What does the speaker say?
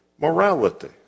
morality